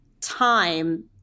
time